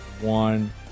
one